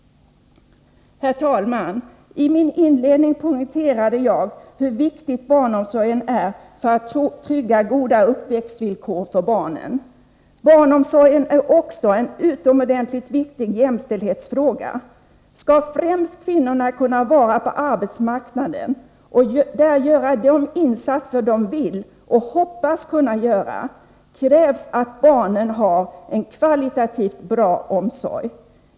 I min inledning poängterade jag hur viktig barnomsorgen är för att trygga goda uppväxtvillkor för barnen. Barnomsorgen är också en utomordentligt viktig jämställdhetsfråga. Skall främst kvinnorna kunna vara på arbetsmarknaden och där göra de insatser de vill och hoppas kunna göra krävs att barnen har en kvalitativt bra omsorg.